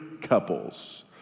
couples